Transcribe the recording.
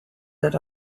that